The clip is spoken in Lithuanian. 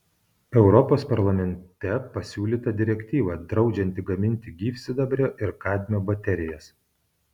europos parlamente pasiūlyta direktyva draudžianti gaminti gyvsidabrio ir kadmio baterijas